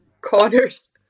corners